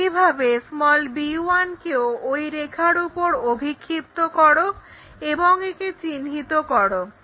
একইভাবে b1 কেও ওই রেখার উপরে অভিক্ষিপ্ত করো এবং একে চিহ্নিত করো